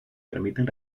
permiten